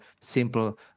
simple